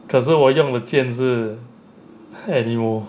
可是我用的剑是 anemo